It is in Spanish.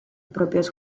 propios